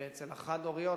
שאצל החד-הוריות,